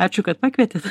ačiū kad pakvietėt